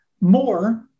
More